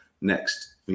next